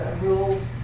rules